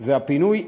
זה הפינוי,